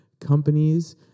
companies